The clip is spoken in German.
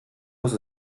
muss